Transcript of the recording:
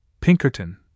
Pinkerton